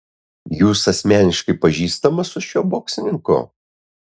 jūs asmeniškai pažįstamas su šiuo boksininku